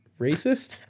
racist